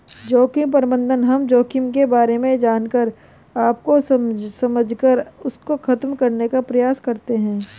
जोखिम प्रबंधन हम जोखिम के बारे में जानकर उसको समझकर उसको खत्म करने का प्रयास करते हैं